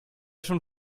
schon